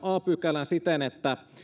a pykälän siten että